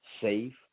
safe